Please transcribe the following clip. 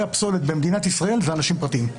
הפסולת במדינת ישראל זה אנשים פרטיים,